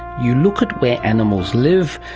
you look at where animals live,